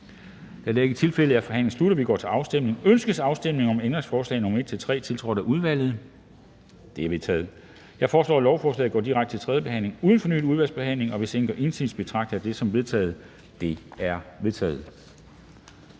Kl. 10:43 Afstemning Formanden (Henrik Dam Kristensen): Ønskes afstemning om ændringsforslag nr. 1, tiltrådt af udvalget? Det er vedtaget. Jeg foreslår, at lovforslaget går direkte til tredje behandling uden fornyet udvalgsbehandling. Hvis ingen gør indsigelse, betragter jeg det som vedtaget. Det er vedtaget.